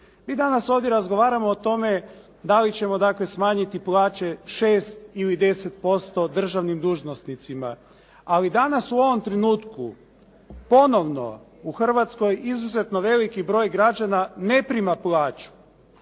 Mi danas ovdje razgovaramo o tome da li ćemo dakle smanjiti plaće 6 ili 10% državnim dužnosnicima. Ali danas u ovom trenutku ponovno u Hrvatskoj izuzetno veliki broj građana ne prima plaću,